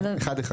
אחד אחד.